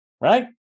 right